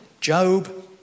Job